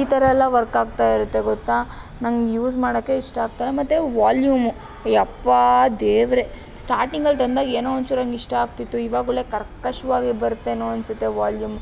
ಈ ಥರ ಎಲ್ಲ ವರ್ಕಾಗ್ತಾ ಇರುತ್ತೆ ಗೊತ್ತಾ ನನಗೆ ಯೂಸ್ ಮಾಡೋಕ್ಕೆ ಇಷ್ಟ ಆಗ್ತಿಲ್ಲ ಮತ್ತೆ ವಾಲ್ಯುಮು ಯಪ್ಪಾ ದೇವರೇ ಸ್ಟಾಟಿಂಗಲ್ಲಿ ತಂದಾಗ ಏನೋ ಒಂಚೂರು ನನಗಿಷ್ಟ ಆಗ್ತಿತ್ತು ಈವಾಗೊಳ್ಳೆ ಕರ್ಕಶವಾಗಿ ಬರ್ತೇನೋ ಅನಿಸತ್ತೆ ವಾಲ್ಯೂಮು